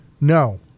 no